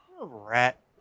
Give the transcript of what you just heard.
Rat